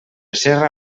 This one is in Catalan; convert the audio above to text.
serra